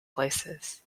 places